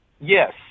Yes